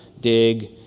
DIG